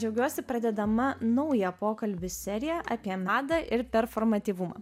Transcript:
džiaugiuosi pradėdama naują pokalbių seriją apie madą ir performatyvumą